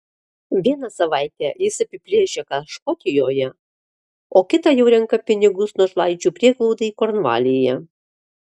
vieną savaitę jis apiplėšia ką škotijoje o kitą jau renka pinigus našlaičių prieglaudai kornvalyje